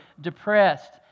depressed